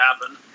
happen